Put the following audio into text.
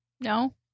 No